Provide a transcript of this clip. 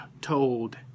told